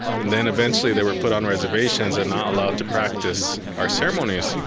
and then eventually they were put on reservations and not allowed to practice our ceremonies.